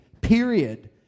period